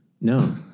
No